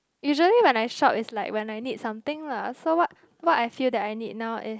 usually when I shop is like when I need something lah so what what I feel that I need now is